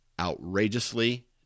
outrageously